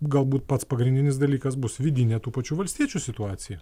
galbūt pats pagrindinis dalykas bus vidinė tų pačių valstiečių situacija